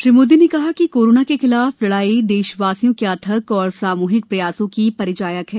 श्री मोदी ने कहा कि कोरोना के खिलाफ लड़ाई देशवासियों के अथक और सामूहिक प्रयासों की परिचायक है